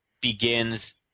begins